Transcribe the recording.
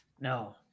No